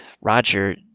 Roger